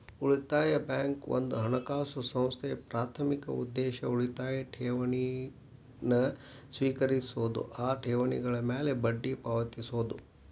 ಉಳಿತಾಯ ಬ್ಯಾಂಕ್ ಒಂದ ಹಣಕಾಸು ಸಂಸ್ಥೆ ಪ್ರಾಥಮಿಕ ಉದ್ದೇಶ ಉಳಿತಾಯ ಠೇವಣಿನ ಸ್ವೇಕರಿಸೋದು ಆ ಠೇವಣಿಗಳ ಮ್ಯಾಲೆ ಬಡ್ಡಿ ಪಾವತಿಸೋದು